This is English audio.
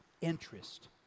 interest